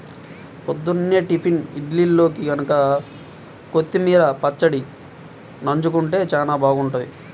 పొద్దున్నే టిఫిన్ ఇడ్లీల్లోకి గనక కొత్తిమీర పచ్చడి నన్జుకుంటే చానా బాగుంటది